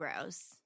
gross